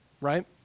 right